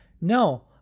no